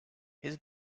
his